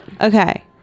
Okay